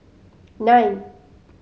nine